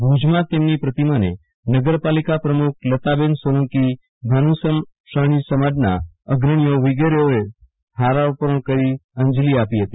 ભુજમાં તેમની પ્રતિમાને નગરપાલિકા પ્રમુખ લતાબેન સોલંકી ભાનુશાલી સમાજના અગ્રણીઓ વિગેરેએ હારારોપણ કરી અંજલી આપી હતી